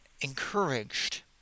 encouraged